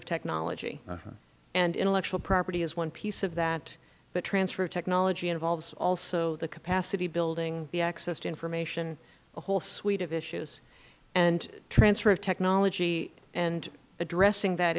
of technology and intellectual property is one piece of that the transfer of technology involves also the capacity building the access to information a whole suite of issues and transfer of technology and addressing that